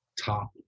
top